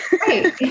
Right